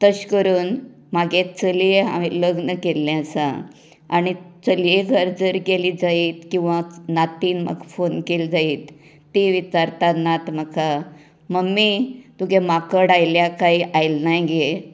तशें करून म्हागे चलये हांवेन लग्न केल्ले आसा आनी चलये घर जर गेले जायत किंवां नातीन म्हाका फोन केल्लो जायत ती विचारतात नात म्हाका मम्मी तुगे माकड आयल्या कांय आयल नाय गे